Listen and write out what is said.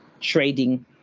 trading